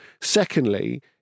Secondly